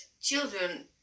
children